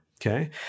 okay